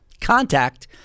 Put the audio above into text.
contact